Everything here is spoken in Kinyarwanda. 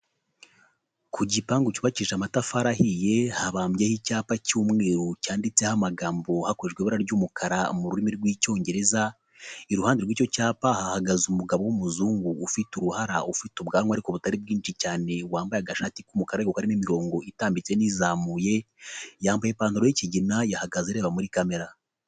Ku gipangu cyubakije amatafari ahiye habambyeho icyapa cy'umweru cyanditseho amagambo hakoreshejwe ibara ry'umukara mu rurimi rw'icyongereza, iruhande rw'icyo cyapa hahagaze umugabo w'umuzungu ufite uruhara ufite ubwanwa ariko butari bwinshi cyane wambaye agashati k'umukara ariko karimo imirongo itambitse n'izamuye yambaye ipantaro y'ikigina ahagaze areba muri kamera.